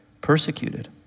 persecuted